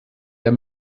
der